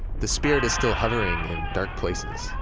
the spirit is still hovering in dark places.